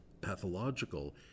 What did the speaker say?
pathological